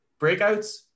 breakouts